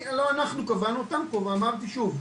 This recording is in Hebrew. לא אנחנו קבענו אותם ואמרתי שוב,